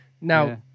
now